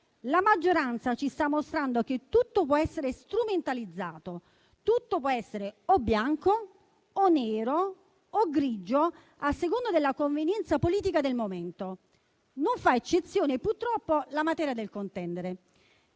La maggioranza ci sta mostrando che tutto può essere strumentalizzato. Tutto può essere o bianco o nero o grigio, a seconda della convenienza politica del momento. Non fa eccezione, purtroppo, la materia del contendere.